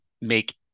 make